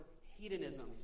hedonism